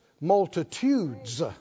multitudes